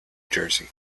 jersey